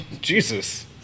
Jesus